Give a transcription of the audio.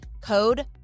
Code